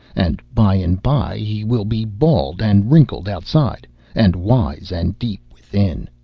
and by and by he will be bald and wrinkled outside, and wise and deep within.